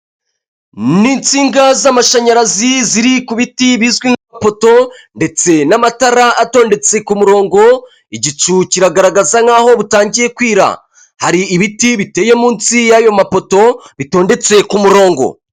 Ni insinga z'amashanyarazi ziri ku biti bizwi nk'amapoto ndetse n'amatara atondetse ku murongo, igicu kiragaragaza nk'aho butangiye kwira. Hari ibiti biteye munsi y'ayo mapoto bitondetse ku murongo.